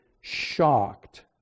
shocked